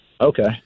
Okay